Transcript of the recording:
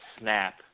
snap